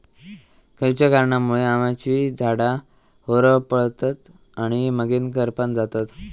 खयच्या कारणांमुळे आम्याची झाडा होरपळतत आणि मगेन करपान जातत?